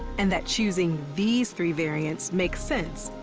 and that choosing these three variants makes sense,